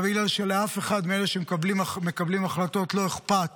אלא בגלל שלאף אחד מאלה שמקבלים החלטות לא אכפת